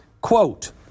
Quote